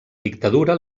dictadura